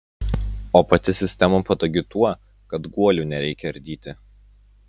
o pati sistema patogi tuo kad guolių nereikia ardyti